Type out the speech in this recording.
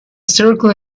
circle